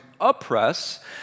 oppress